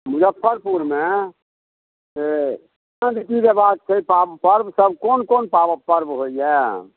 मुजफ्फरपुरमे से कि रीति रेवाज छै पा पर्वसब कोन कोन पा पर्व होइए